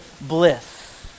bliss